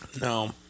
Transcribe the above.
No